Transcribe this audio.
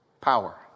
power